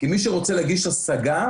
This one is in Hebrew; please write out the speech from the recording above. כי מי שרוצה להגיש השגה,